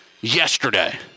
yesterday